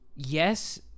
Yes